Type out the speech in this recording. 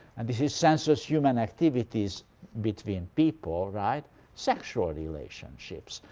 and this is sensuous human activities between people right sexual relationships.